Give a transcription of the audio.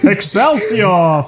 Excelsior